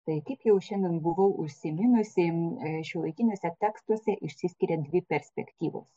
kaip jau šiandien buvau užsiminusi šiuolaikiniuose tekstuose išsiskiria dvi perspektyvos